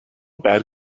bad